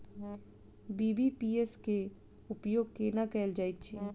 BBPS केँ उपयोग केना कएल जाइत अछि?